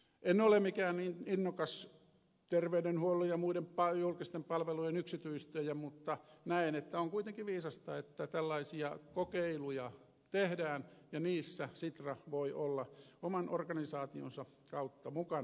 en ole mikään innokas terveydenhuollon ja muiden julkisten palvelujen yksityistäjä mutta näen että on kuitenkin viisasta että tällaisia kokeiluja tehdään ja niissä sitra voi olla oman organisaationsa kautta mukana